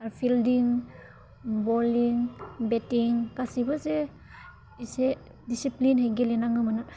आरो fielding bowling batting गासिबो जे एसे डिसिप्लेनै गेलेनाङोमोन